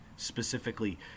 Specifically